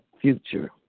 future